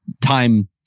time